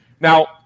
Now